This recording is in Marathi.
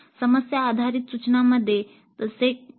समस्या आधारित सूचनांमध्ये तसे नाही